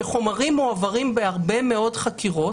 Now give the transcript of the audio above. שחומרים מועברים בהרבה מאוד חקירות,